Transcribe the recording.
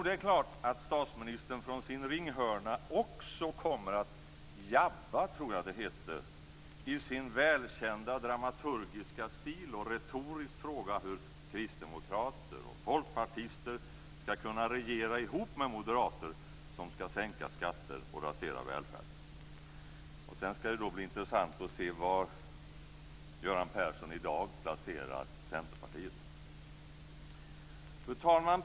Det är klart att statsministern från sin ringhörna också kommer att "jabba", tror jag det heter, i sin välkända dramaturgiska stil. Han kommer att retoriskt fråga hur kristdemokrater och folkpartister skall kunna regera ihop med moderater, som skall sänka skatter och rasera välfärd. Det skall också bli intressant att se var Göran Persson i dag placerar Centerpartiet. Fru talman!